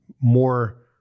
more